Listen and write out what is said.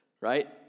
right